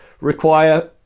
require